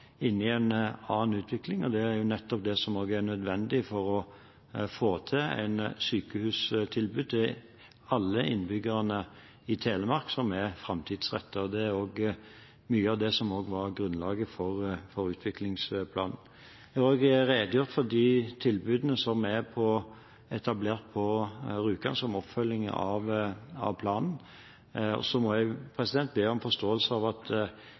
inne i en annen utvikling. Det er nettopp det som også er nødvendig for å få til et framtidsrettet sykehustilbud til alle innbyggerne i Telemark. Det er mye av det som også var grunnlaget for utviklingsplanen. Jeg har også redegjort for de tilbudene som er etablert på Rjukan som oppfølging av planen. Så må jeg be om forståelse for at